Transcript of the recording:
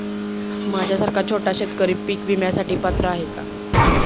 माझ्यासारखा छोटा शेतकरी पीक विम्यासाठी पात्र आहे का?